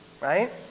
right